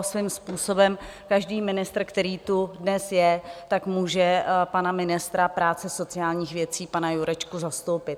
Svým způsobem každý ministr, který tu dnes je, tak může pana ministra práce a sociálních věcí, pana Jurečku, zastoupit.